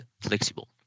flexible